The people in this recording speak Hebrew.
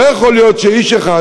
לא יכול להיות שאיש אחד,